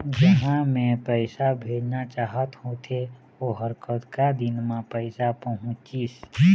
जहां मैं पैसा भेजना चाहत होथे ओहर कतका दिन मा पैसा पहुंचिस?